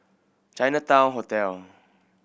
Chinatown Hotel